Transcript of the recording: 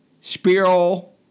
spiral